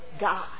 God